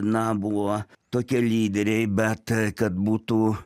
na buvo tokie lyderiai bet kad būtų